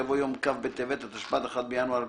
יבוא "יום כ' בטבת התשפ"ד (1 בינואר 2024)"